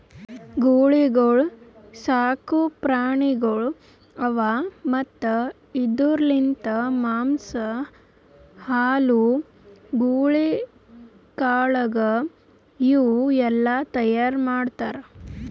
ಗೂಳಿಗೊಳ್ ಸಾಕು ಪ್ರಾಣಿಗೊಳ್ ಅವಾ ಮತ್ತ್ ಇದುರ್ ಲಿಂತ್ ಮಾಂಸ, ಹಾಲು, ಗೂಳಿ ಕಾಳಗ ಇವು ಎಲ್ಲಾ ತೈಯಾರ್ ಮಾಡ್ತಾರ್